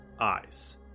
eyes